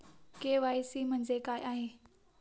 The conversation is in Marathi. के.वाय.सी म्हणजे काय आहे?